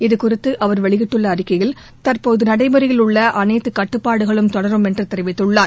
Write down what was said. இதுகுறித்து அவர் வெளியிட்டுள்ள அறிக்கையில் தற்போது நடைமுறையில் உள்ள அனைத்து கட்டுப்பாடுகளும் தொடரும் என்று தெரிவித்துள்ளார்